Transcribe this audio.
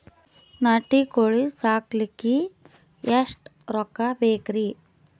ನಾಟಿ ಕೋಳೀ ಸಾಕಲಿಕ್ಕಿ ಎಷ್ಟ ರೊಕ್ಕ ಹಾಕಬೇಕ್ರಿ?